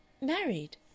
Married